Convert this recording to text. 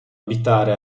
abitare